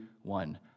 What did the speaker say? one